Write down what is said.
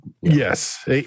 Yes